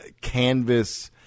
canvas